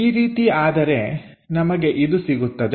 ಈ ರೀತಿ ಆದರೆ ನಮಗೆ ಇದು ಸಿಗುತ್ತದೆ